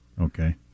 Okay